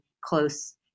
close